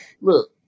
look